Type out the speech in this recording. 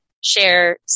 share